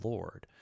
Lord